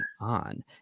on